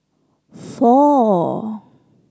four